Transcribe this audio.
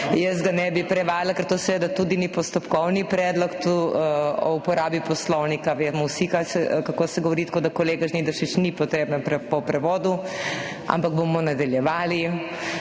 Jaz ga ne bi prevajala, ker to seveda tudi ni postopkovni predlog. Glede uporabe poslovnika vemo vsi, kako se govori. Tako da, kolega Žnidaršič, ni potrebe po prevodu, ampak bomo nadaljevali.